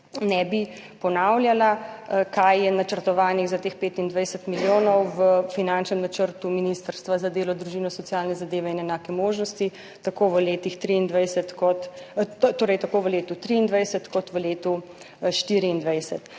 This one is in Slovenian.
ne bi ponavljala, kaj je načrtovano za teh 25 milijonov v finančnem načrtu Ministrstva za delo, družino, socialne zadeve in enake možnosti tako v letu 2023 kot v letu 2024.